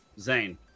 Zane